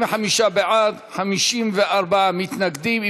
45 בעד, 54 מתנגדים.